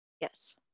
Yes